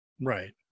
Right